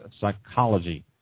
psychology